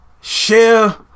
share